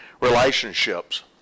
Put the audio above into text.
relationships